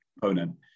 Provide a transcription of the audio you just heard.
component